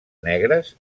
negres